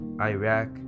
iraq